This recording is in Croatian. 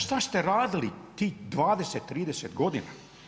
Šta ste radili tih 20, 30 godina?